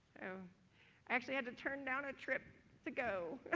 so, i actually had to turn down a trip to go.